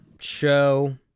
show